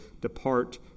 depart